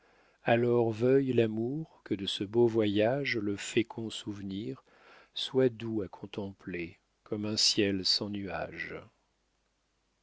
alors veuille l'amour que de ce beau voyage le fécond souvenir soit doux à contempler comme un ciel sans nuage